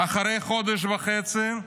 אחרי חודש וחצי,